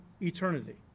eternity